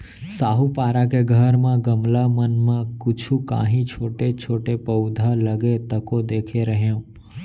साहूपारा के घर म गमला मन म कुछु कॉंहीछोटे छोटे पउधा लगे तको देखे रेहेंव